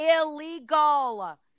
illegal